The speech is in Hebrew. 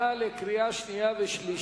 בעד, 19, נגד, 6, ואין נמנעים.